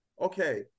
Okay